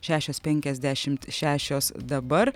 šešios penkiasdešimt šešios dabar